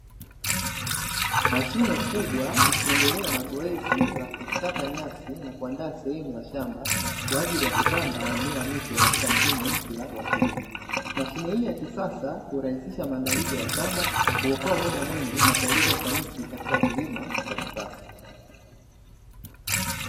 Mashine kubwa ikiendelea na zoezi la kukata nyasi na kuandaa sehemu ya shamba, kwa ajili ya kupanda mimea mipya katika msimu mpya wa kilimo. Mashine hii ya kisasa hurahisisha maandalizi ya shamba, huokoa muda mwingi na kuongeza ufanisi katika kilimo cha kisasa.